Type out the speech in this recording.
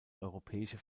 europäische